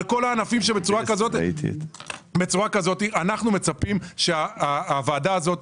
על כל הענפים --- אנחנו מצפים שהוועדה הזאת